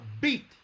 beat